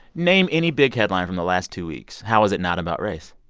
name any big headline from the last two weeks. how is it not about race?